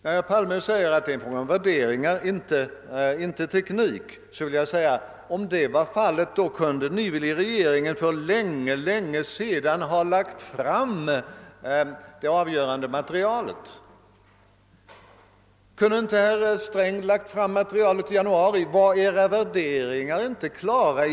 När herr Palme framhåller att skattereformen är fråga om värderingar och inte om teknik, så blir slutsatsen att regeringen för länge sedan kunde ha lagt fram det avgörande materialet. Varför kunde inte herr Sträng ha gjort det i januari? Var inte era värderingar då klara?